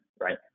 right